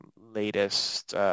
latest